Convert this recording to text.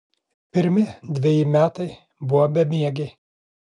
pirmi dveji metai buvo bemiegiai